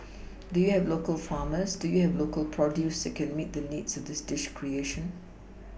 do you have local farmers do you have local produce that can meet the needs of this dish creation